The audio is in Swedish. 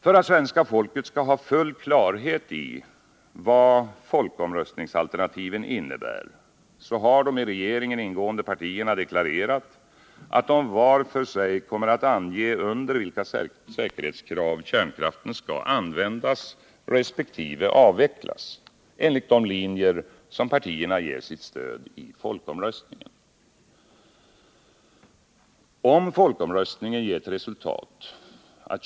För att svenska folket skall ha full klarhet i vad folkomröstningsalternativen innebär har de i regeringen ingående partierna deklarerat att de var för sig kommer att ange på basis av vilka säkerhetskrav kärnkraften skall användas resp. avvecklas enligt de riktlinjer som partierna ger sitt stöd i folkomröstningen.